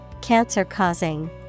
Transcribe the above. Cancer-causing